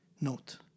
note